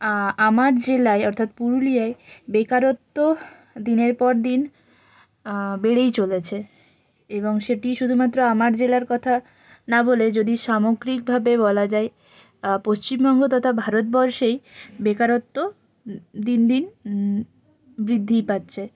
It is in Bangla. আমার জেলায় অর্থাৎ পুরুলিয়ায় বেকারত্ব দিনের পর দিন বেড়েই চলেছে এবং সেটি শুধুমাত্র আমার জেলার কথা না বলে যদি সামগ্রিকভাবে বলা যায় পশ্চিমবঙ্গ তথা ভারতবর্ষে বেকারত্ব দিন দিন বৃদ্ধি পাচ্ছে